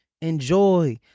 Enjoy